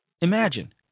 imagine